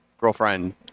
girlfriend